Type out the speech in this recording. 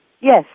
Yes